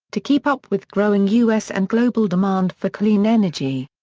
to keep up with growing u s. and global demand for clean energy.